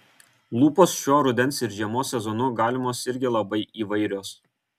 lūpos šiuo rudens ir žiemos sezonu galimos irgi labai įvairios